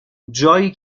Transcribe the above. جایی